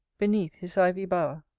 beneath his ivy bow'r.